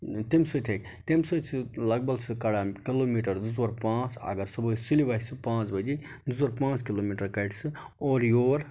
تمہِ سۭتۍ ہیٚکہِ تمہِ سۭتۍ چھِ لگ بگ سُہ کَڑان کِلوٗمیٖٹَر زٕ ژور پانٛژھ اگر صُبحٲے سُلِہ وَتھِ سُہ پانٛژھ بَجے زٕ ژور پانٛژھ کِلوٗمیٖٹَر کَڑِ سُہ اورٕ یور